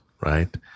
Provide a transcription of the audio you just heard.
Right